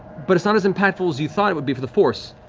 but it's not as impactful as you thought it would be for the force,